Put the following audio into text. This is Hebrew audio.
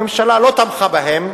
הממשלה לא תמכה בהם,